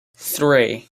three